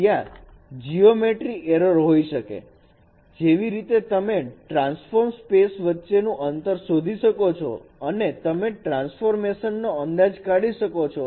ત્યાં geometry error હોઈ શકે જેવી રીતે તમે ટ્રાન્સફોર્મ સ્પેસ વચ્ચેનું અંતર શોધી શકો છો અને તમે ટ્રાન્સપોર્ટેશન નો અંદાજ કાઢી શકો છો